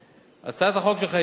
הצעת החוק שלך,